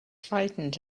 frightened